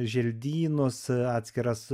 želdynus atskiras